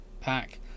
pack